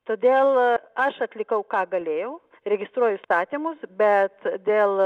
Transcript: todėl aš atlikau ką galėjau registruoju įstatymus bet dėl